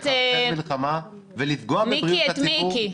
לחרחר מלחמה ולפגוע בבריאות הציבור -- חברי הכנסת מיקי את מיקי.